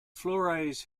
flores